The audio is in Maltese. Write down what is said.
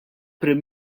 prim